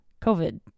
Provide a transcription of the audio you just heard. COVID